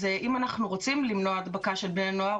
אז אם אנחנו רוצים למנוע הדבקה של בני נוער,